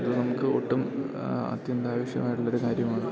അത് നമുക്ക് ഒട്ടും അത്യന്താപേക്ഷിതമായിട്ടുള്ളൊരു കാര്യമാണ്